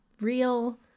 real